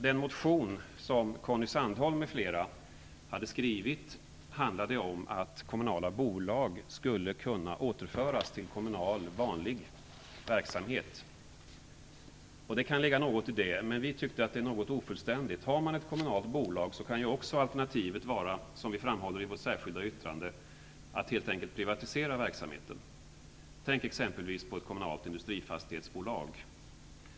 Den motion som Conny Sandholm m.fl. skrev handlar om att kommunala bolag skulle kunna återföras till kommunal vanlig verksamhet. Det kan ligga något i det, men vi tycker att det är något ofullständigt. Har man ett kommunalt bolag kan alternativet också vara, som vi framhåller i vårt särskilda yttrande, att helt enkelt privatisera verksamheten. Tänk exempelvis på ett kommunalt industrifastighetsbolag.